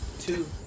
two